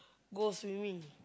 go swimming